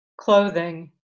clothing